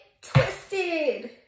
twisted